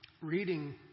reading